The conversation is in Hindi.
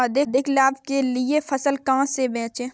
अधिक लाभ के लिए फसल कहाँ बेचें?